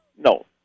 No